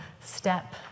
step